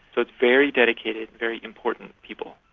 but very dedicated, very important people.